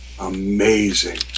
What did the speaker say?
amazing